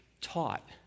taught